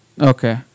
Okay